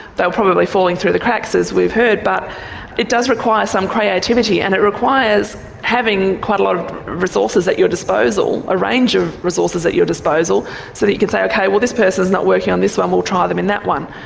probably falling through the cracks, as we've heard, but it does require some creativity. and it requires having quite a lot of resources at your disposal, a range of resources at your disposal so that you can say, ok, well this person is not working on this one, we'll try them in that one.